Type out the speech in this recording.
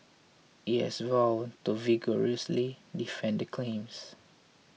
it has vowed to vigorously defend the claims